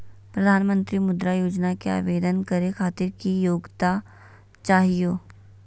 प्रधानमंत्री मुद्रा योजना के आवेदन करै खातिर की योग्यता चाहियो?